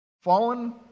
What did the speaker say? fallen